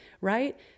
right